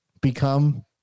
become